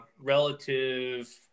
relative